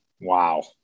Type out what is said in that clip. Wow